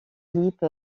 philippe